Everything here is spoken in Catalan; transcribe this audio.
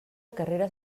carreres